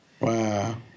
Wow